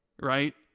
right